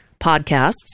podcasts